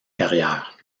carrière